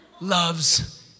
loves